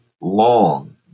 long